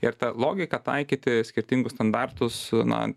ir ta logika taikyti skirtingus standartus na